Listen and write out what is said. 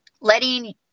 letting